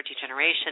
degeneration